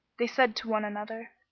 they said to one another,